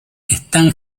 están